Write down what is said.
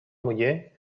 muller